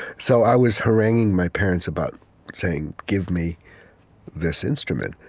so i was haranguing my parents about saying, give me this instrument.